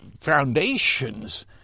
foundations